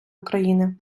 україни